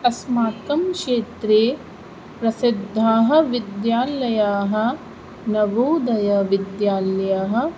अस्माकं क्षेत्रे प्रसिद्धाः विद्यालयाः नवोदयविद्यालयः